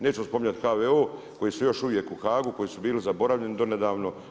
Nećemo spominjati HVO, koji su još uvijek u HAG-u koji su bili zaboravljani donedavno.